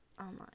online